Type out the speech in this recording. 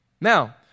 Now